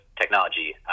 technology